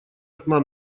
окна